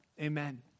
Amen